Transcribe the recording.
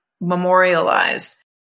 memorialize